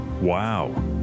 wow